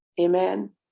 amen